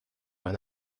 when